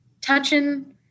touching